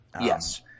Yes